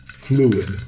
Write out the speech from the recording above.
fluid